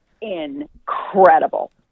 Incredible